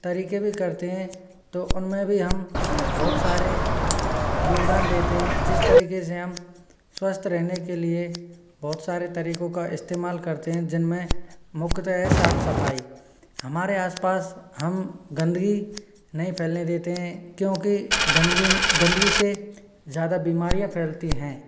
तरीके भी करते हैं तो उनमें भी हम बहुत सारे योगदान देते हैं जिस तरीके से हम स्वस्थ रहने के लिए बहुत सारे तरीकों का इस्तेमाल करते हैं जिनमें मुख्यता है साफ सफाई हमारे आस पास हम गंदगी नहीं फैलने देते हैं क्योंकि गंदगी गंदगी से ज़्यादा बीमारियाँ फैलती हैं